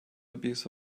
abuse